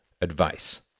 advice